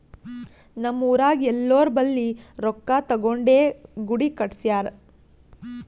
ನಮ್ ಊರಾಗ್ ಎಲ್ಲೋರ್ ಬಲ್ಲಿ ರೊಕ್ಕಾ ತಗೊಂಡೇ ಗುಡಿ ಕಟ್ಸ್ಯಾರ್